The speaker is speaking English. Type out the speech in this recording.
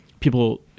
People